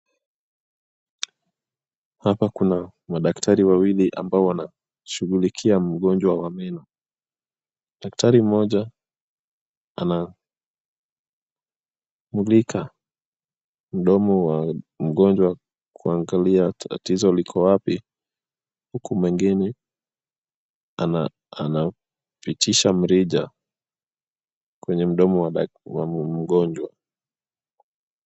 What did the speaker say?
Hapa kuna madaktari wawili ambao wanashughulikia mgonjwa wa meno. Daktari mmoja anamulika mdomo wa mgonjwa kuangalia tatizo liko wapi, huku mwingine anapitisha mrija kwenye mdomo wa mgonjwa.